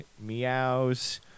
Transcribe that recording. meows